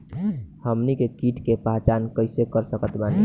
हमनी के कीट के पहचान कइसे कर सकत बानी?